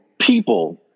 people